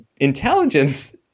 intelligence